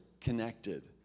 Connected